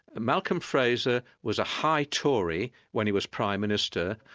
malcolm fraser was a high tory when he was prime minister,